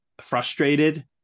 frustrated